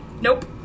Nope